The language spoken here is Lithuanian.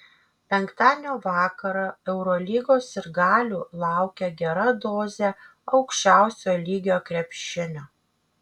penktadienio vakarą eurolygos sirgalių laukia gera dozė aukščiausio lygio krepšinio